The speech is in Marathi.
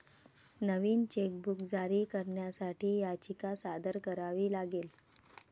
नवीन चेकबुक जारी करण्यासाठी याचिका सादर करावी लागेल